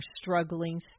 struggling